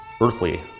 earthly